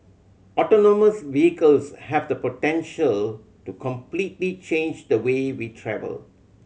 autonomous vehicles have the potential to completely change the way we travel